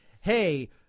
Hey